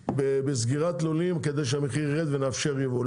בסגירת לולים כדי שהמחיר יירד ונאפשר יבוא,